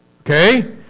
okay